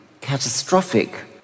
catastrophic